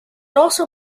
also